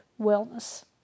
wellness